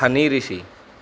ਹਨੀ ਰਿਸ਼ੀ